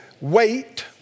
Wait